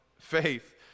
faith